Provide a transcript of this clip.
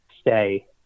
stay